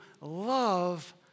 love